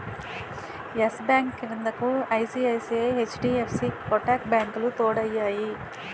yes Bank క్రిందకు ICICI, HDFC Kotak బ్యాంకులు తోడయ్యాయి